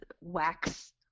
wax